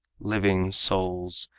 living souls,